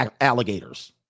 alligators